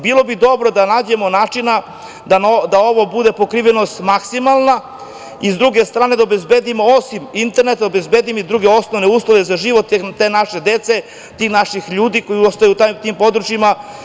Bilo bi dobro da nađemo načina da ovo bude pokrivenost maksimalna, i sa druge strane da obezbedimo osim interneta, druge osnovne uslove za život te naše dece, tih naših ljudi koji ostaju na tim područjima.